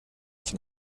von